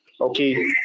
okay